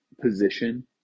position